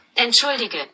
Entschuldige